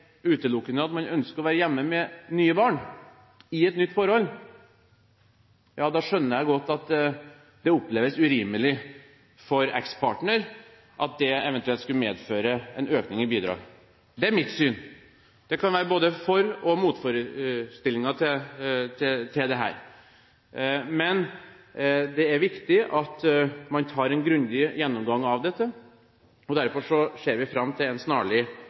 utelukkende er at man ønsker å være hjemme med nye barn i et nytt forhold, skjønner jeg godt at det kan oppleves som urimelig for ekspartner at det eventuelt skulle medføre en økning i bidrag – det er mitt syn. Det kan være både fordeler og motforestillinger til dette, men det er viktig at man tar en grundig gjennomgang av dette. Derfor ser vi fram til en snarlig